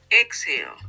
exhale